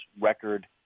record